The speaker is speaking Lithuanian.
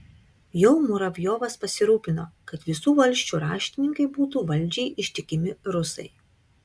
jau muravjovas pasirūpino kad visų valsčių raštininkai būtų valdžiai ištikimi rusai